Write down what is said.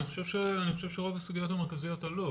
אני חושב שרוב הסוגיות המרכזיות עלו.